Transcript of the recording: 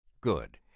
Good